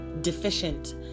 deficient